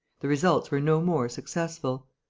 the results were no more successful.